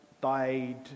died